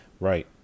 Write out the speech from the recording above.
Right